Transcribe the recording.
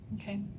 Okay